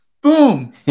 Boom